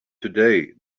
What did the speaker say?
today